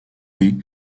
dès